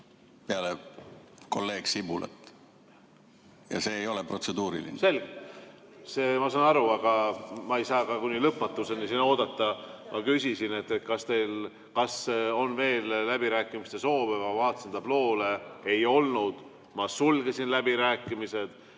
peale kolleeg Sibulat. Ja see ei ole protseduuriline. Selge. Ma saan aru, aga ma ei saa ka kuni lõpmatuseni siin oodata. Ma küsisin, kas on veel läbirääkimiste soove, ma vaatasin tabloole, ei olnud, ma sulgesin läbirääkimised